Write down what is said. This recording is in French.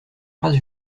phrase